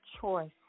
Choice